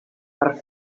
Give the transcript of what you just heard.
per